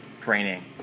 training